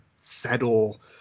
settle